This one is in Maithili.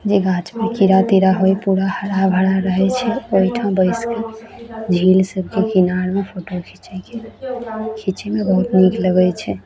जहि गाछमे कीड़ा तीरा होइ पूरा हरा भरा रहै छै ओहिठाम बैस कऽ झील सबके किनारमे फोटो घीचैके खीचैमे बहुत नीक लगैत छै